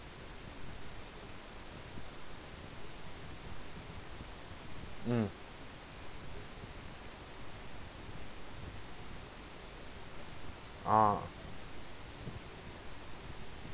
mm ah